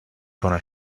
gonna